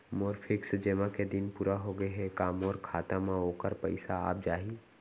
मोर fix जेमा के दिन पूरा होगे हे का मोर खाता म वोखर पइसा आप जाही?